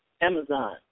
Amazon